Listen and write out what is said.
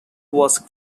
was